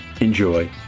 enjoy